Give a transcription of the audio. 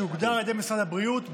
שהוגדר על ידי משרד הבריאות,